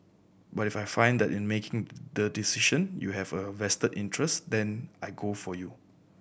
but if I find that in making the decision you have a vested interest then I go for you